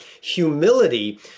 Humility